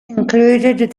included